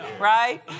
right